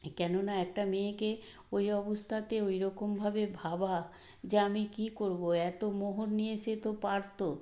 কেননা একটা মেয়েকে ওই অবস্থাতে ওই রকমভাবে ভাবা যে আমি কী করব এত মোহর নিয়ে সে তো পারত